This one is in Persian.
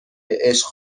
عشق